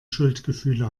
schuldgefühle